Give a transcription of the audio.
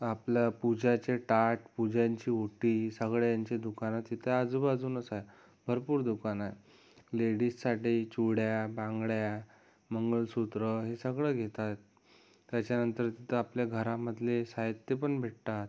आपलं पूजाचे ताट पुजांची ओटी सगळ्यांची दुकानं तिथं आजूबाजूनच आहे भरपूर दुकानं आहे लेडीजसाठी चुड्या बांगड्या मंगळसूत्र हे सगळं घेता येतं त्याच्यानंतर तिथे आपल्या घरामधले साहित्यपण भेटतात